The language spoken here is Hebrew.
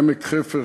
עמק חפר,